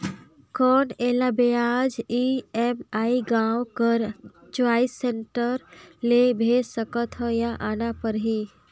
कौन एला ब्याज ई.एम.आई गांव कर चॉइस सेंटर ले भेज सकथव या आना परही?